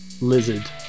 lizard